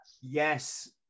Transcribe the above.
Yes